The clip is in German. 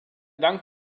dank